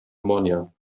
ammonia